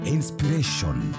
Inspiration